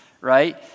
right